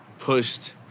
pushed